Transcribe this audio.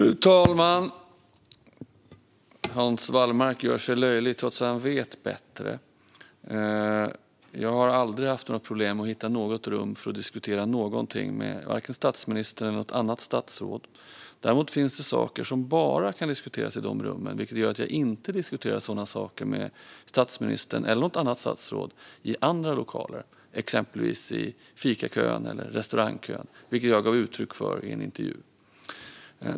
Fru talman! Hans Wallmark gör sig löjlig, trots att han vet bättre. Jag har aldrig haft några problem att hitta något rum för att diskutera någonting med vare sig statsministern eller något annat statsråd. Däremot finns det saker som bara kan diskuteras i de rummen, vilket gör att jag inte diskuterar sådana saker med statsministern eller något annat statsråd i andra lokaler, exempelvis i fikakön eller restaurangkön. Det gav jag uttryck för i en intervju.